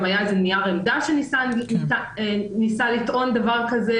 גם היה זה נייר עמדה שניסה לטעון דבר כזה